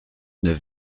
neuf